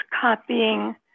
copying